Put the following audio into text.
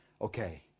Okay